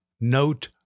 note